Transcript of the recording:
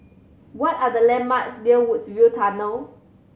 what are the landmarks near Woodsville Tunnel